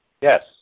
Yes